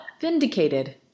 Vindicated